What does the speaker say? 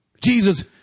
Jesus